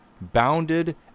Bounded